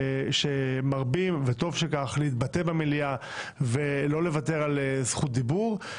שמרבים וטוב שכך להתבטא במליאה ולא לוותר על זכות דיבור.